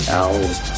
owls